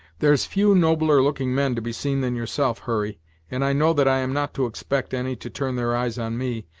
there's few nobler looking men to be seen than yourself, hurry and i know that i am not to expect any to turn their eyes on me,